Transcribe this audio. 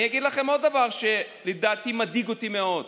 אני אגיד לכם עוד דבר שמדאיג אותי מאוד.